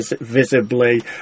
visibly